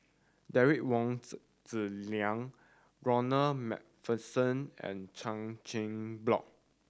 Derek Wong Zi Zi Liang Ronald Macpherson and Chan Chin Block